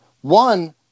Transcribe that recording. One